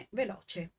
veloce